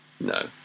No